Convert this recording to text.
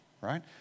right